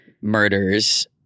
murders